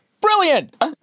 Brilliant